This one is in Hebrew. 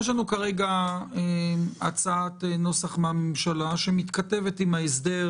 יש לנו כרגע הצעת נוסח מן הממשלה שמתכתבת עם ההסדר